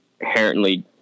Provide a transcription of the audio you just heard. inherently